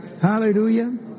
Hallelujah